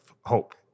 hope